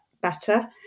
better